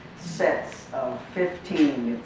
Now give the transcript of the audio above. sets of fifteen.